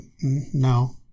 no